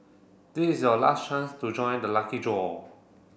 this is your last chance to join the lucky draw